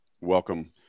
welcome